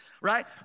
Right